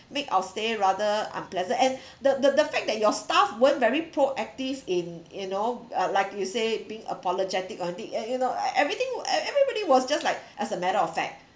make our stay rather unpleasant and the the the fact that your staff weren't very proactive in you know uh like you say being apologetic on it and you know everything uh everybody was just like as a matter of fact